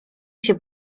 się